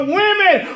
women